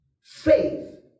faith